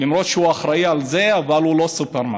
למרות שהוא אחראי לזה, אבל הוא לא סופרמן.